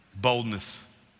boldness